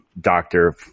doctor